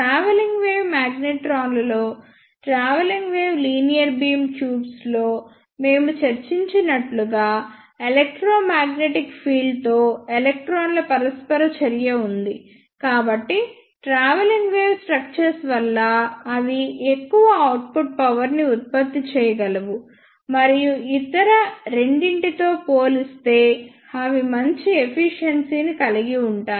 travelling wave మాగ్నెట్రాన్లలో travelling wave linear beam ట్యూబ్స్లో మేము చర్చించినట్లుగా ఎలెక్ట్రోమాగ్నెటిక్ ఫీల్డ్ తో ఎలక్ట్రాన్ల పరస్పర చర్య ఉంది కాబట్టి ట్రావెలింగ్ వేవ్ స్ట్రక్చర్స్ వల్ల అవి ఎక్కువ అవుట్పుట్ పవర్ ని ఉత్పత్తి చేయగలవు మరియు ఇతర రెండింటితో పోలిస్తే అవి మంచి ఎఫిషియెన్సీ ని కలిగి ఉంటాయి